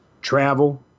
travel